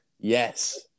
Yes